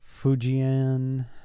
Fujian